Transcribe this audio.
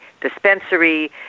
dispensary